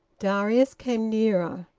darius came nearer.